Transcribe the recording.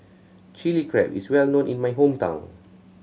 Chili Crab is well known in my hometown